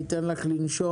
אני אתן לך לנשום